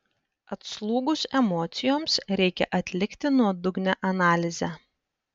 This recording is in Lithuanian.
atslūgus emocijoms reikia atlikti nuodugnią analizę